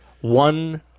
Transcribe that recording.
one